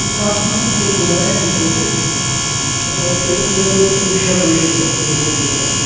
یہِ کَتھ بوٗزِتھ گوٗس بہٕ واریاہ مُتٲثر ٲں تہٕ مےٚ کوٚر أمِس شابٲشی ڈیٚلؤری بوایَس